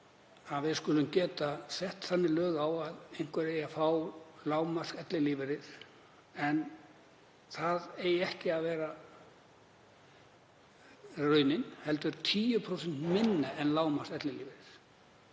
að við skulum geta sett þannig lög á að einhver eigi að fá lágmarksellilífeyri, en að það eigi ekki að vera raunin, heldur 10% lægri en lágmarksellilífeyrir